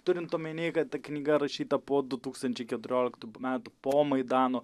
turint omenyje kad ta knyga rašyta po du tūkstančiai keturioliktų metų po maidano